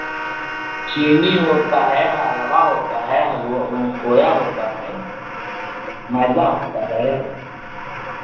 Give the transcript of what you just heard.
चीनी होता है हाँ रवा होता है हलुआ वो खोया होता है मैदा होता है